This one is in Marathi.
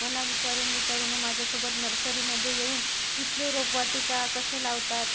मला विचारून विचारून माझ्यासोबत नर्सरीमध्ये येऊन तिथले रोपवाटिका कसे लावतात